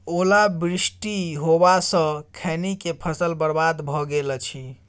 ओला वृष्टी होबा स खैनी के फसल बर्बाद भ गेल अछि?